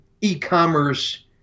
e-commerce